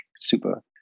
super